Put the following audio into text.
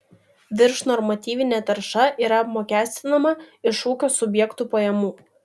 viršnormatyvinė tarša yra apmokestinama iš ūkio subjekto pajamų